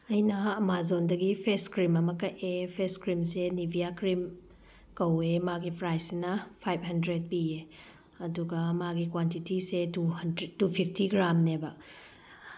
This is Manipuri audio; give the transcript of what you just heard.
ꯑꯩꯅ ꯑꯃꯥꯖꯣꯟꯗꯒꯤ ꯐꯦꯁ ꯀ꯭ꯔꯤꯝ ꯑꯃ ꯀꯛꯑꯦ ꯐꯦꯁ ꯀ꯭ꯔꯤꯝꯁꯦ ꯅꯤꯚꯤꯌꯥ ꯀ꯭ꯔꯤꯝ ꯀꯧꯋꯦ ꯃꯥꯒꯤ ꯄ꯭ꯔꯥꯏꯁꯁꯤꯅ ꯐꯥꯏꯚ ꯍꯟꯗ꯭ꯔꯦꯗ ꯄꯤꯌꯦ ꯑꯗꯨꯒ ꯃꯥꯒꯤ ꯀ꯭ꯋꯥꯟꯇꯤꯇꯤꯁꯦ ꯇꯨ ꯍꯟꯗ꯭ꯔꯦꯗ ꯇꯨ ꯐꯤꯐꯇꯤ ꯒ꯭ꯔꯥꯝꯅꯦꯕ